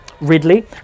Ridley